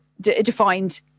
defined